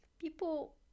people